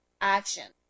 action